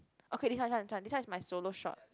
okay this one this one this one is my solo shot